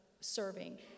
serving